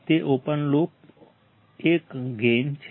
તે એક open loop gain છે